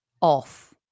off